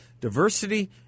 Diversity